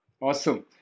Awesome